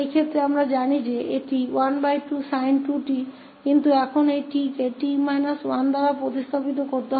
तो इस मामले में हम जानते हैं कि यह 12 sin 2𝑡 है लेकिन अब t को 𝑡 1 से बदल दिया जाएगा